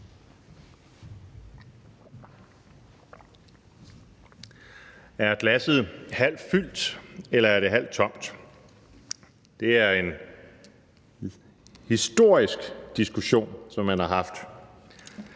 Er glasset halvt fyldt, eller er det halvt tomt? Det er en historisk diskussion, som man har haft.